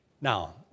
Now